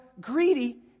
greedy